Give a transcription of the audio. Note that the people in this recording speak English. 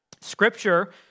Scripture